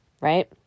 right